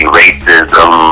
racism